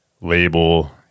label